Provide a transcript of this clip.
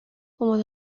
como